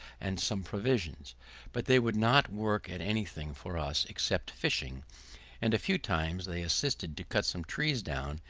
and some provisions but they would not work at any thing for us, except fishing and a few times they assisted to cut some trees down,